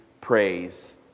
praise